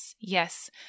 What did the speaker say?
Yes